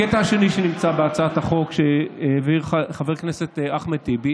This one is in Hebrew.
הקטע השני שנמצא בהצעת החוק של חבר הכנסת אחמד טיבי